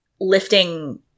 lifting